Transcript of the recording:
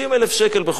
תאמינו לי,